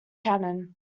canon